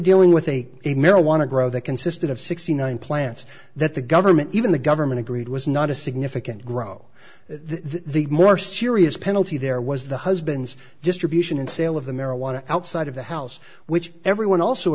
dealing with a marijuana grow that consisted of sixty nine plants that the government even the government agreed was not a significant grow the more serious penalty there was the husband's distribution and sale of the marijuana outside of the house which everyone also